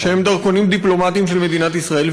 שהם דרכונים דיפלומטיים של מדינת ישראל,